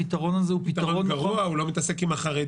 הפתרון הזה הוא פתרון --- הוא פתרון גרוע הוא לא מתעסק עם החרדים,